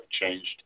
changed